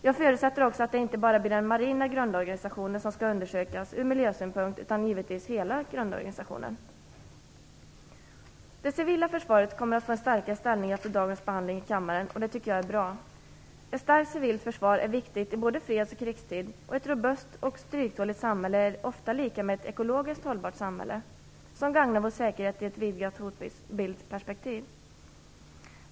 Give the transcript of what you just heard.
Jag förutsätter att det inte bara blir den marina grundorganisationen som skall undersökas från miljösynpunkt utan att det givetvis gäller hela grundorganisationen. Det civila försvaret kommer att få en starkare ställning efter dagens behandling i kammaren, och det tycker jag är bra. Ett starkt civilt försvar är viktigt i både freds och krigstid, och ett robust och stryktåligt samhälle är ofta lika med ett ekologiskt hållbart samhälle som gagnar vår säkerhet i ett vidgat hotbildsperspektiv.